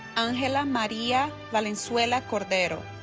angela maria valenzuela cordero